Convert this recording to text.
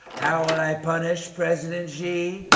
how will i punish president xi,